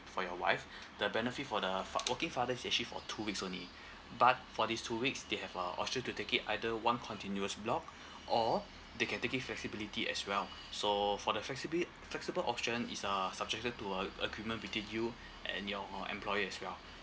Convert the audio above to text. for your wife the benefit for the fa~ working father is actually for two weeks only but for these two weeks they have a option to take it either one continuous block or they can take it flexibility as well so for the flexibi~ flexible option it's uh subjected to a agreement between you and your employer as well